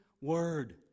word